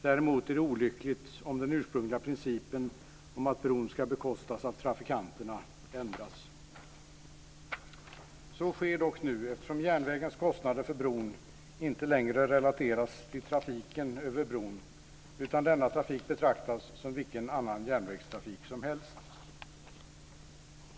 Däremot är det olyckligt om den ursprungliga principen om att bron ska bekostas av trafikanterna ändras. Så sker dock nu eftersom järnvägens kostnader för bron inte längre relateras till trafiken över bron utan denna trafik betraktas som vilken annan järnvägstrafik som helst.